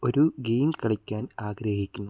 ഒരു ഗെയിം കളിക്കാൻ ആഗ്രഹിക്കുന്നു